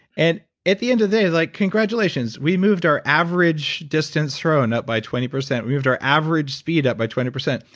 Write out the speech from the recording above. and at the end of the day like congratulations, we moved our average distance thrown up by twenty percent, we moved our average speed up by twenty percent.